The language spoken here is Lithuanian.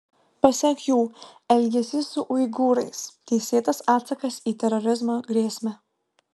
pasak jų elgesys su uigūrais teisėtas atsakas į terorizmo grėsmę